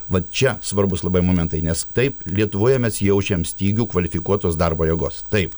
va čia svarbūs labai momentai nes taip lietuvoje mes jaučiam stygių kvalifikuotos darbo jėgos taip